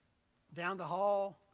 down the hall,